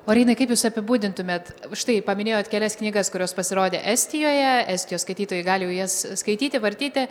o reinai kaip jūs apibūdintumėt štai paminėjot kelias knygas kurios pasirodė estijoje estijos skaitytojai gali jas skaityti vartyti